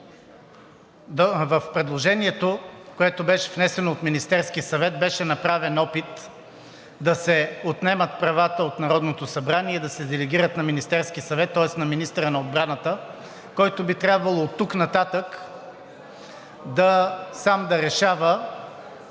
В предложението, което беше внесено от Министерския съвет, беше направен опит да се отнемат правата от Народното събрание и да се делегират на Министерския съвет, тоест на министъра на отбраната, който би трябвало оттук нататък сам да решава